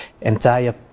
entire